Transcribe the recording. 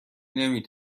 نمی